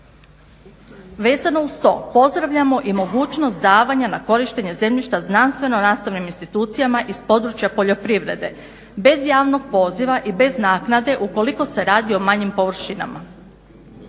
Vezano uz to pozdravljamo mogućnost davanja na korištenje zemljišta znanstveno-nastavnim institucijama iz područja poljoprivrede, bez javnog poziva i bez naknade ukoliko se radi o manjim površinama.